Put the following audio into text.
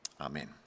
Amen